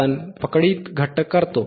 आपण पकडीत घट्ट करता